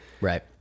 right